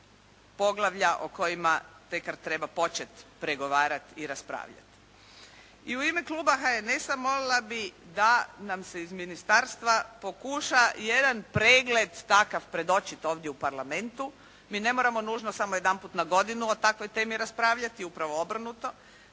poglavlja o kojima tekar treba početi pregovarati i raspravljati. I u ime Kluba HNS-a molila bih da nam se iz ministarstva pokuša jedan pregled takav predočiti ovdje u Parlamentu. Mi ne moramo nužno samo jedanput na godinu o takvoj temi raspravljati, upravo obrnuto,